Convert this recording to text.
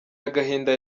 agahinda